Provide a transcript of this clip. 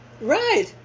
right